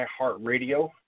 iHeartRadio